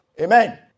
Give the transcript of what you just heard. Amen